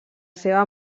seva